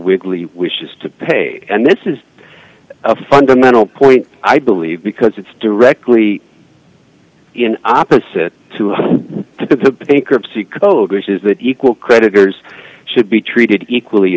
wigley wishes to pay and this is a fundamental point i believe because it's directly in opposite to that the bankruptcy code says that equal creditors should be treated equally